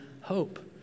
hope